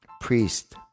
priest